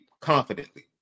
confidently